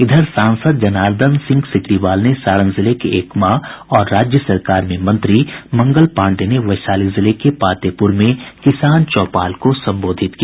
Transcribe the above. इधर सांसद जनार्दन सिंह सिग्रिवाल ने सारण जिले के एकमा और राज्य सरकार में मंत्री मंगल पांडेय ने वैशाली जिले के पातेपुर में किसान चौपाल को संबोधित किया